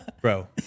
Bro